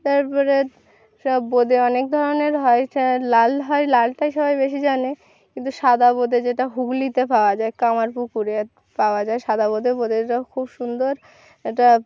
তারপরে বোঁদে অনেক ধরনের হয় লাল হয় লালটাই সবাই বেশি জানে কিন্তু সাদা বোঁদে যেটা হুগলিতে পাওয়া যায় কামারপুকুরে পাওয়া যায় সাদা বোঁদে বোঁদেটাও খুব সুন্দর একটা